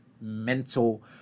mental